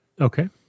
Okay